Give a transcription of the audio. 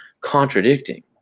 contradicting